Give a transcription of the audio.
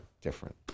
different